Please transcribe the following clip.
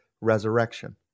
resurrection